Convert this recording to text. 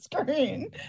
screen